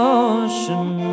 ocean